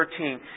13